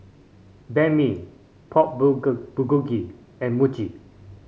Banh Mi Pork Bulgogi and Mochi